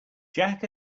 jack